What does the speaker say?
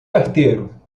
carteiro